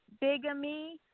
bigamy